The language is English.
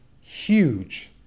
huge